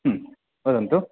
वदन्तु